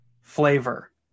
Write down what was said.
flavor